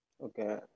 Okay